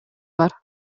бар